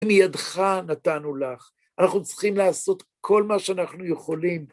מידך נתנו לך, אנחנו צריכים לעשות כל מה שאנחנו יכולים.